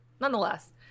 Nonetheless